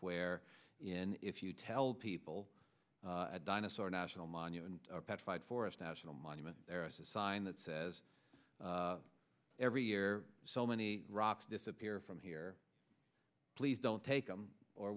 where in if you tell people a dinosaur national monument petrified forest national monument there is a sign that says every year so many rocks disappear from here please don't take them or